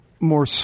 more